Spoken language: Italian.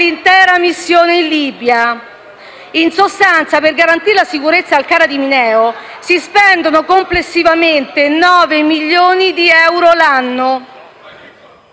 PD)*. In sostanza, per garantire la sicurezza al CARA di Mineo si spendono complessivamente circa 9 milioni di euro l'anno.